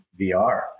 VR